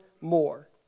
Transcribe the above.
more